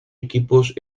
equipos